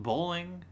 bowling